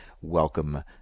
welcome